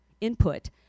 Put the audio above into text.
input